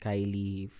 Kylie